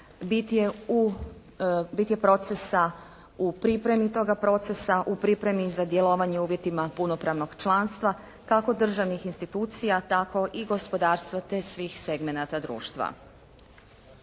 Bit je procesa u pripremi toga procesa, u pripremi za djelovanje u uvjetima punopravnog članstva kako državnih institucija tako i gospodarstva te svih segmenata društva.